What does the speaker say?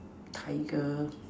tiger